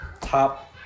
top